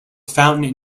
fountain